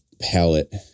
palette